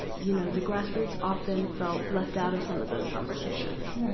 you know, the grassroots often felt left out of some of those conversations.